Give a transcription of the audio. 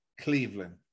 Cleveland